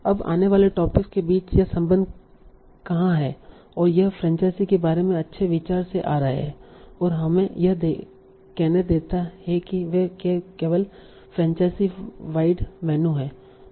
अब आने वाले टॉपिक्स के बीच यह संबंध कहां है और यह फ्रैंचाइज़ी के बारे में अच्छे विचार से आ रहा है और हमें यह कहने देता है कि वे केवल फ्रैंचाइज़ी वाइड मेनू हैं